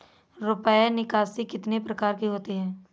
रुपया निकासी कितनी प्रकार की होती है?